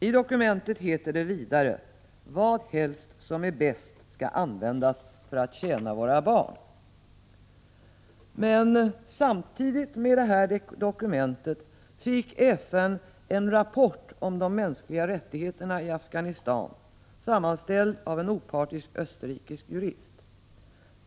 I dokumentet heter det vidare: ”Vadhelst som är bäst skall användas för att tjäna våra barn.” Men samtidigt med det här dokumentet fick FN en beställd rapport om de mänskliga rättigheterna i Afghanistan, sammanställd av en opartisk österrikisk jurist.